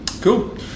cool